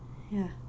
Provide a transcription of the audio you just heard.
ya